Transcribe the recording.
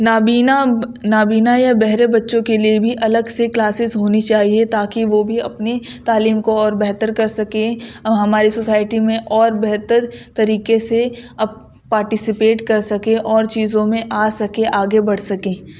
نابینا نابینا یا بہرے بچوں کے لیے بھی الگ سے کلاسز ہونی چاہیے تاکہ وہ بھی اپنی تعلیم کو اور بہتر کر سکیں اور ہماری سوسائٹی میں اور بہتر طریقے سے پارٹیسپیٹ کر سکیں اور چیزوں میں آ سکیں آگے بڑھ سکیں